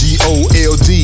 G-O-L-D